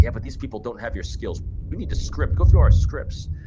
yeah but these people don't have your skills. we need a script. go through our scripts.